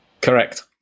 Correct